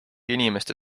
inimeste